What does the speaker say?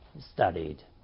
studied